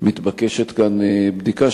מתבקשת כאן בדיקה,